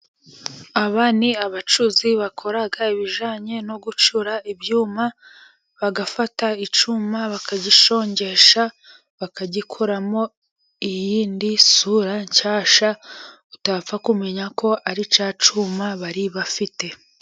Aba ni abacuzi bakora ibijanye no gucura ibyuma, bagafata icyuma bakagishongesha, bakagikoramo iyindi sura nshyasha utapfa kumenya ko ari cya cyuma bari bafite.